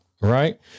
right